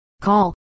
Call